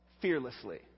fearlessly